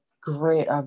great